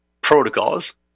protocols